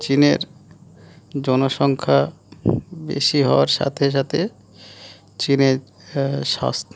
চীনের জনসংখ্যা বেশি হওয়ার সাথে সাথে চীনের স্বাস্থ্য